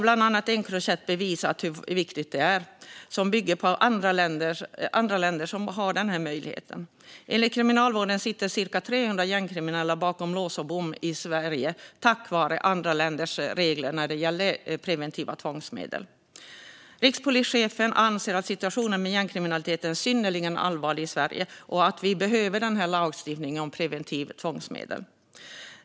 Bland annat Encrochat har bevisat hur viktigt detta är, vilket bygger på att andra länder har denna möjlighet. Enligt Kriminalvården sitter cirka 300 gängkriminella bakom lås och bom i Sverige tack vare andra länders regler gällande preventiva tvångsmedel. Rikspolischefen anser att situationen med gängkriminaliteten är synnerligen allvarlig i Sverige och att vi behöver lagstiftning om preventiva tvångsmedel.